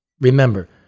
Remember